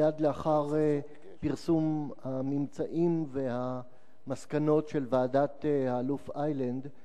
מייד לאחר פרסום הממצאים והמסקנות של ועדת האלוף איילנד,